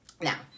Now